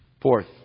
fourth